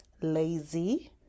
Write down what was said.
lazy